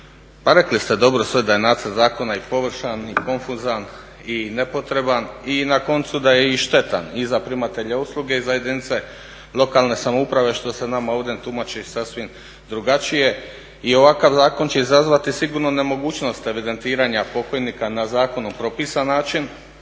pa rekli ste dobro sve da je nacrt zakona i površan i konfuzan i nepotreban i na koncu da je i štetan i za primatelje usluga i za jedinice lokalne samouprave što se nama ovdje tumači sasvim drugačije. I ovakav zakon će izazvati sigurno nemogućnost evidentiranja pokojnika na zakonu propisan način,